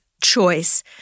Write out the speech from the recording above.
choice